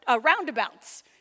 roundabout's